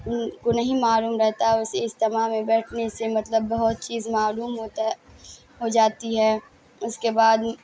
کو نہیں معلوم رہتا ہے اس اجتماع میں بیٹھنے سے مطلب بہت چیز معلوم ہوتا ہے ہو جاتی ہے اس کے بعد